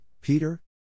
Peter